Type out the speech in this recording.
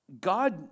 God